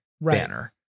banner